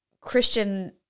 Christian